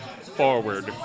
forward